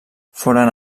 foren